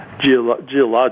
geological